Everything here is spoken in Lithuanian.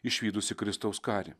išvydusi kristaus karį